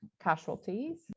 casualties